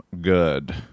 good